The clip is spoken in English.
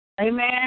Amen